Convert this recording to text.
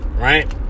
right